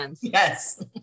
Yes